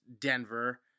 Denver